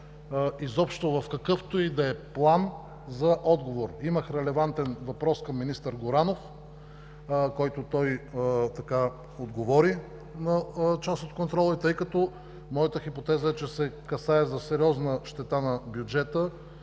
изобщо в какъвто и да е план, за отговор. Имах релевантен въпрос към министър Горанов, на който той отговори на част от контрола. Тъй като моята хипотеза е, че се касае за сериозна щета на бюджета,